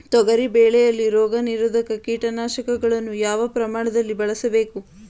ತೊಗರಿ ಬೆಳೆಯಲ್ಲಿ ರೋಗನಿರೋಧ ಕೀಟನಾಶಕಗಳನ್ನು ಯಾವ ಪ್ರಮಾಣದಲ್ಲಿ ಬಳಸಬೇಕು?